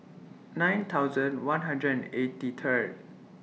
nine thousand one hundred and eighty Third